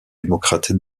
démocrate